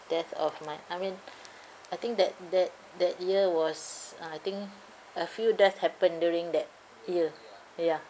death of my I mean I think that that that year was uh I think a few deaths happened during that year ya